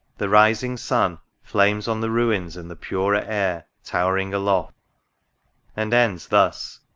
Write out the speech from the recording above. the rising sun flames on the ruins in the purer air towering aloft and ends thus,